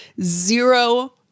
zero